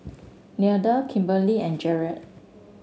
Nelda Kimberlie and Jerrad